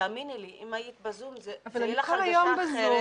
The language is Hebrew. האמיני לי, אם היית ב"זום" הייתה לך הרגשה אחרת.